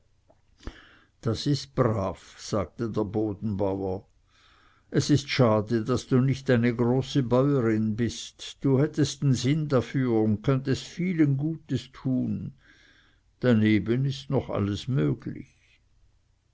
das ist brav sagte der bodenbauer es ist schade daß du nicht eine große bäuerin bist du hättest den sinn dafür und könntest vielen gutes tun daneben ist noch alles möglich